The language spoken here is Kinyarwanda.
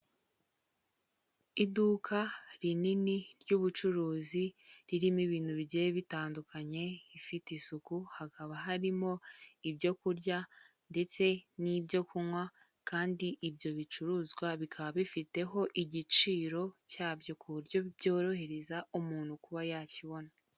Iduka rinini ry'ubucuruzi ririmo ibintu bigiye bitandukanye rifite isuku, hakaba harimo ibyo kurya ndetse n'ibyo kunywa kandi ibyo bicuruzwa bikaba bifiteho igiciro cyabyo ku buryo byorohereza umuntu kuba yakibona.